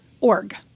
org